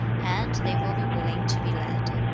and they will be willing to be led.